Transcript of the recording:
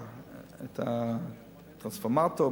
את הטרנספורמטור,